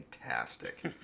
Fantastic